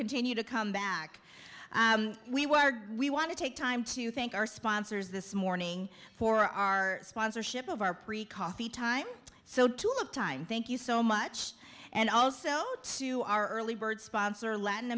continue to come back we were we want to take time to think our sponsors this morning for our sponsorship of our precocity time so to all of time thank you so much and also to our early bird sponsor latin